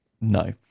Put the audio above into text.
no